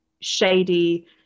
shady